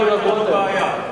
לא היתה לנו בעיה.